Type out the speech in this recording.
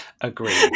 Agreed